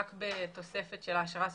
רק בתוספת של העשרה סביבתית,